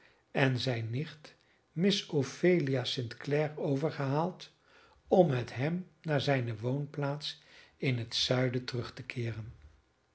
en zijne nicht miss ophelia st clare overgehaald om met hem naar zijne woonplaats in het zuiden terug te keeren